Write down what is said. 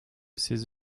ses